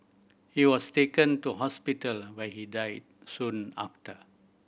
he was taken to hospital where he died soon after